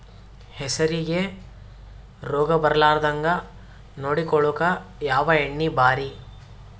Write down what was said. ಹೆಸರಿಗಿ ರೋಗ ಬರಲಾರದಂಗ ನೊಡಕೊಳುಕ ಯಾವ ಎಣ್ಣಿ ಭಾರಿ?